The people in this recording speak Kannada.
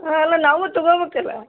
ಅಲ್ಲ ನಾವೂ ತೊಗೋಬೇಕಲ್ಲ